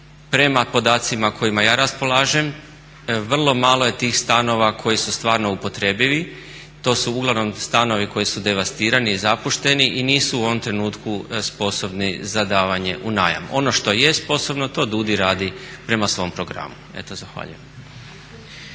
Prema podacima kojima ja raspolažem vrlo malo je tih stanova koji su stvarno upotrebivi, to su uglavnom stanovi koji su devastirani, zapušteni i nisu u ovom trenutku sposobni za davanje u najam. Ono što jest sposobno, to DUDI radi prema svom programu. Zahvaljujem.